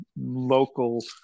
local